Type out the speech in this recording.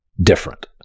different